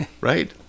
Right